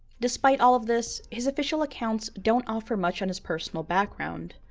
despite all of this, his official accounts don't offer much on his personal background.